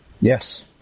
Yes